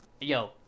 Yo